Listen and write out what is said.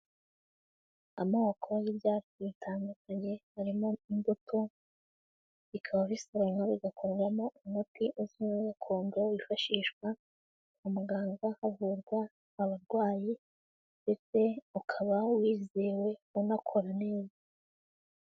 Amoko y'ibyatsi bitandukanye harimo imbuto, bikaba bisoromwa bigakorwamo umuti uzwi nka gakondo wifashishwa kwa muganga havurwa abarwayi ndetse ukaba wizewe unakora neza.